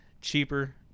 cheaper